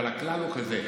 אבל הכלל הוא כזה,